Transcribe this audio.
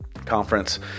conference